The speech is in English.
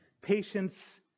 Patience